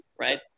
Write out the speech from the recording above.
right